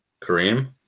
Kareem